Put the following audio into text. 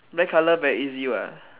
black colour very easy what